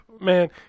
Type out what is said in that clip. Man